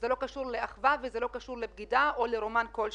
זה לא קשור לאחווה ולא קשור לבגידה או לרומן כלשהו.